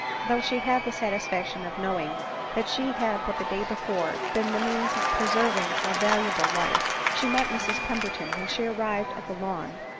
though she had the sat isfaction of knowing that she had but the day before been the means of preserving a valuable life, she met mrs pem berton, when she arrived at the lawn,